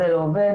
זה לא עובד.